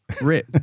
rip